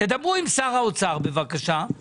תדברו עם שר האוצר בבקשה,